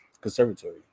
conservatory